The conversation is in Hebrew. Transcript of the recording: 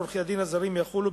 על עורכי-הדין הזרים יחולו,